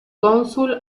cónsul